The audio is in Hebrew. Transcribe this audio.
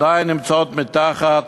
עדיין נמצאות מתחת